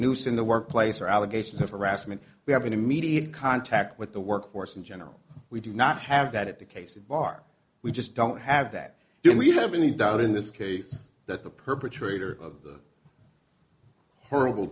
noose in the workplace or allegations of harassment we have an immediate contact with the workforce in general we do not have that at the cases bar we just don't have that do we have any doubt in this case that the perpetrator of the horrible